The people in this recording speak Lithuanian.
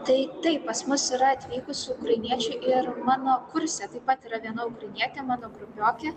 tai taip pas mus yra atvykusių ukrainiečių ir mano kurse taip pat yra viena ukrainietė mano grupiokė